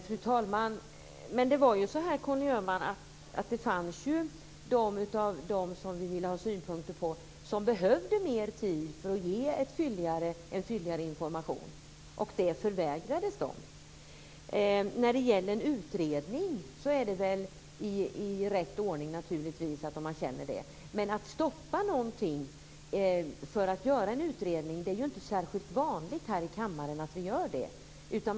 Fru talman! Men det var så här, Conny Öhman, att det bland dem som vi ville ha synpunkter från fanns de som behövde mer tid för att kunna ge en fylligare information, och det förvägrades dem. När det gäller en utredning är det naturligtvis rätt ordning om man känner för det. Men det är inte särskilt vanligt att vi här i kammaren stoppar någonting för att göra en utredning.